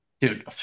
dude